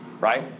right